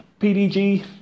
PDG